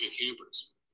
campers